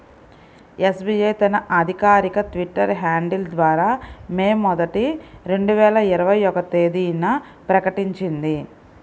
SBI తన అధికారిక Twitter handle ద్వారా మే మొదటి, రెండు వేల ఇరవై ఒక్క తేదీన ప్రకటించింది